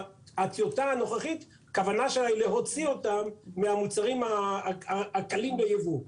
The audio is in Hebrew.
הכוונה של הטיוטה הנוכחית היא להוציא אותם מהמוצרים הקלים בייבוא.